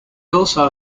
also